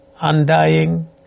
undying